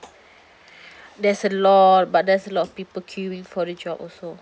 there's a lot but there's a lot of people queuing for a job also